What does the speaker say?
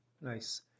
Nice